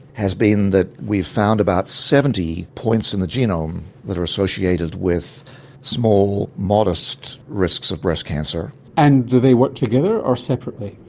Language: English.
has been that we've found about seventy points in the genome that are associated with small, modest risks of breast cancer. and do they work together or separately?